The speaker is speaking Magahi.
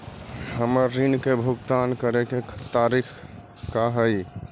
हमर ऋण के भुगतान करे के तारीख का हई?